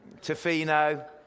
Tofino